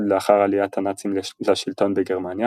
לאחר עליית הנאצים לשלטון בגרמניה